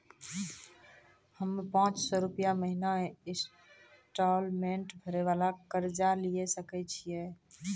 हम्मय पांच सौ रुपिया महीना इंस्टॉलमेंट भरे वाला कर्जा लिये सकय छियै?